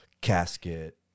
casket